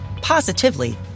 positively